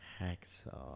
Hacksaw